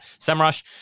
Semrush